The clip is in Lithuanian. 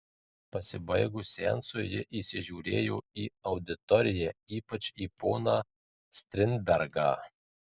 pasibaigus seansui ji įsižiūrėjo į auditoriją ypač į poną strindbergą